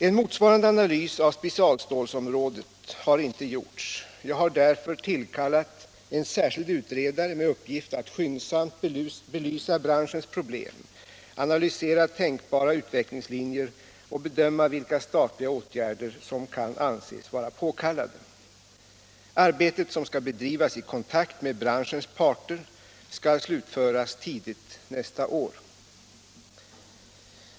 En motsvarande analys av specialstålområdet har inte gjorts. Jag har därför tillkallat en särskild utredare med uppgift att skyndsamt belysa branschens problem, analysera tänkbara utvecklingslinjer och bedöma vilka statliga åtgärder som kan anses vara påkallade. Arbetet, som skall bedrivas i kontakt med branschens parter, skall slutföras tidigt nästa år.